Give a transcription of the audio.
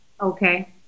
Okay